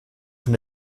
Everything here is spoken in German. von